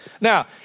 Now